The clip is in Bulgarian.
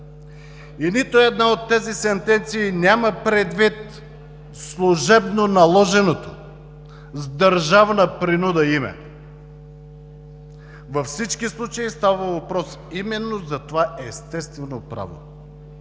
Нито една от тези сентенции няма предвид служебно наложеното, с държавна принуда име! Във всички случаи става въпрос именно за това естествено право